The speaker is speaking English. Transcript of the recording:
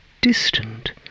distant